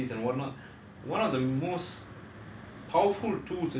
you know um who are overseas and what not one of the most